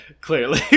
Clearly